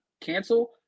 cancel